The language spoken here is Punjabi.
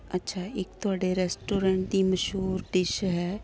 ਅੱਛਾ ਇੱਕ ਤੁਹਾਡੇ ਰੈਸਟੋਰੈਂਟ ਦੀ ਮਸ਼ਹੂਰ ਡਿਸ਼ ਹੈ